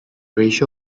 ratio